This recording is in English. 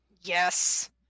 Yes